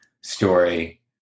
story